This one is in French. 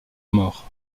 mort